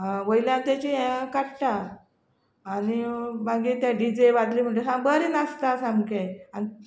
वयल्यान ते ताजी हे काडटा आनी मागीर ते डि जे बाजरे म्हणटा बरें नाचता सामके आनी